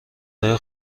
های